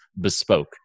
bespoke